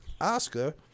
Oscar